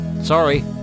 sorry